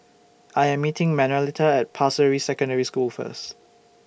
I Am meeting Manuelita At Pasir Ris Secondary School First